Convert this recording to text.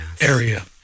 area